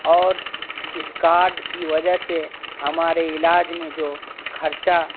اور اس کاڈ کی وجہ سے ہمارے علاج میں جو خرچہ